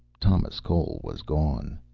thomas cole was gone.